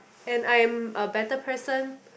and I am a better person